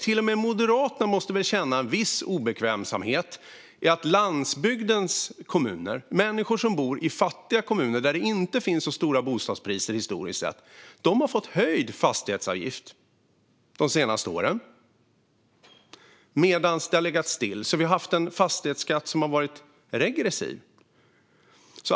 Till och med Moderaterna måste väl känna sig lite obekväma i att människor som bor i landsbygdens kommuner - fattiga kommuner där det inte varit så höga bostadspriser historiskt sett - har fått höjd fastighetsavgift de senaste åren, medan den har legat still för andra. Vi har alltså haft en fastighetsskatt som varit regressiv.